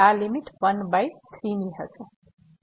તેથી આ limit 1 by 3 ની હશે